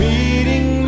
Meeting